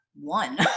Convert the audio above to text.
one